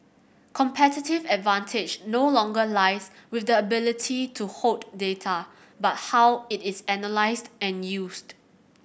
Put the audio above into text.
competitive advantage no longer lies with the ability to hoard data but how it is analysed and used